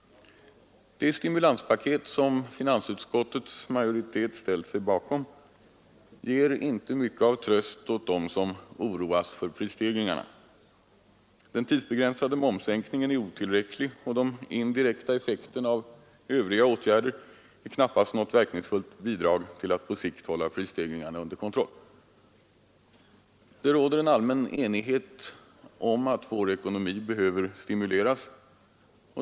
Det stimulanspaket som finansutskottets majoritet ställt sig bakom ger inte mycket av tröst åt dem som oroas för prisstegringarna. Den tidsbegränsade momssänkningen är otillräcklig, och de indirekta effekterna av Övriga åtgärder är knappast något verkningsfullt bidrag till att på sikt hålla prisstegringarna under kontroll. Det råder allmän enighet om att vår ekonomi behöver stimuleras.